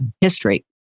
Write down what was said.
history